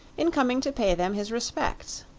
in coming to pay them his respects.